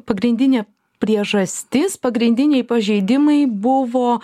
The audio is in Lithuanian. pagrindinė priežastis pagrindiniai pažeidimai buvo